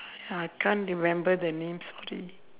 I can't remember the name sorry